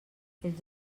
els